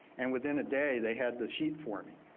and within a day they had the sheet for me.